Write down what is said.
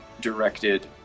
directed